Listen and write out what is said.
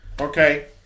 Okay